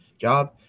job